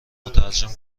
مترجم